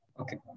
Okay